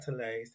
catalyzed